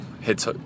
Hits